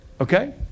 okay